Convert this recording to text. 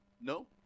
No